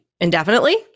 indefinitely